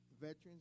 veterans